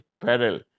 peril